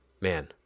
man